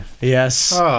Yes